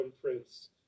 prince